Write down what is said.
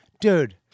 dude